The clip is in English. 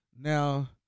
Now